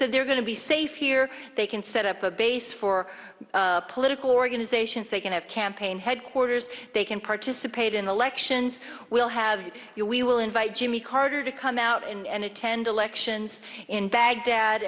said they're going to be safe here they can set up a base for political organizations they can have campaign headquarters they can participate in elections we'll have you we will invite jimmy carter to come out and attend elections in baghdad